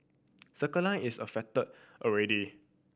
Circle Line is affected already